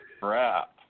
crap